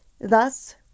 Thus